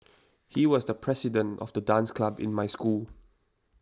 he was the president of the dance club in my school